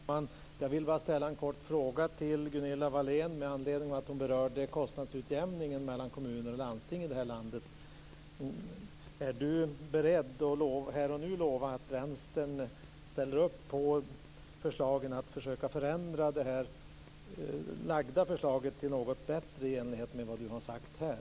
Fru talman! Jag vill bara ställa en kort fråga till Gunilla Wahlén med anledning av att hon berörde kostnadsutjämningen mellan kommuner och landsting i det här landet. Är Gunilla Wahlén beredd att här och nu lova att Vänstern ställer upp på förslagen att försöka förändra det lagda förslaget till något bättre, i enlighet med vad hon har sagt här?